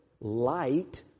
light